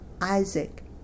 isaac